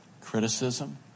criticism